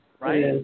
Right